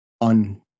on